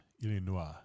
Illinois